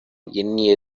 எண்ணிய